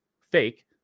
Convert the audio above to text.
fake